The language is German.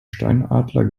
steinadler